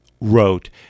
wrote